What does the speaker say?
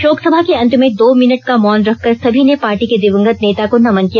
शोकसभा के अंत में दो मिनट का मौन रखकर सभी ने पार्टी के दिवंगत नेता को नमन किया